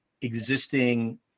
existing